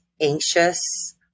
anxious